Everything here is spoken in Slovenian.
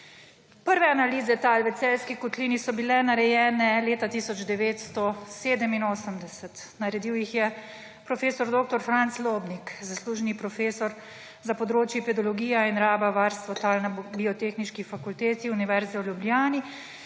Prve analize tal v Celjski kotlini so bile narejene leta 1987, naredil jih je prof. dr. Franc Lobnik, zaslužni profesor za področji pedologija in raba in varstvo tal na Biotehniški fakulteti Univerze v Ljubljani